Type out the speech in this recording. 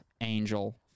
Angel